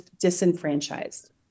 disenfranchised